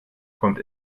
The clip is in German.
kommt